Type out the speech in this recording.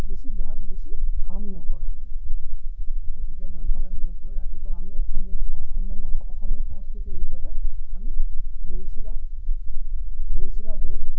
বেছি দেহাক বেছি হাৰ্ম নকৰে মানে গতিকে জলপানৰ ভিতৰত পৰে ৰাতিপুৱা আমি অসমীয়া অসমৰ অসমৰ সংস্কৃতি হিচাপে আমি দৈ চিৰা দৈ চিৰা আৱেগ